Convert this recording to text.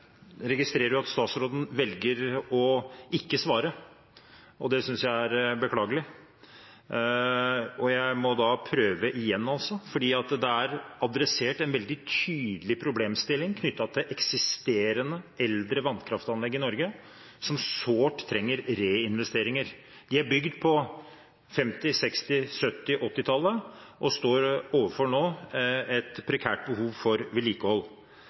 registrerer at statsråden velger ikke å svare. Det synes jeg er beklagelig, og jeg må da prøve igjen, fordi det er adressert en veldig tydelig problemstilling knyttet til eksisterende eldre vannkraftanlegg i Norge, som sårt trenger reinvesteringer. De er bygd på 1950-, 1960-, 1970- og 1980-tallet og står nå overfor et prekært behov for vedlikehold.